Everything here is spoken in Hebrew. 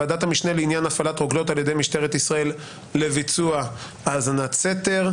ועדת המשנה לעניין הפעלת רוגלות על ידי משטרת ישראל לביצוע האזנת סתר,